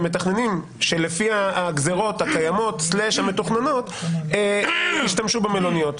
מתכננים שלפי הגזירות הקיימות או המתוכננות ישתמשו במלוניות.